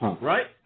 Right